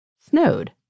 snowed